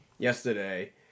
Yesterday